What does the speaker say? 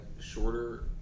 shorter